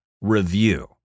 review